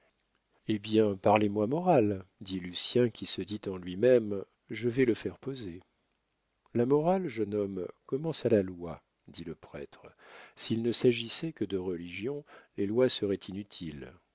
eh bien parlez-moi morale dit lucien qui se dit en lui-même je vais le faire poser la morale jeune homme commence à la loi dit le prêtre s'il ne s'agissait que de religion les lois seraient inutiles